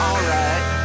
Alright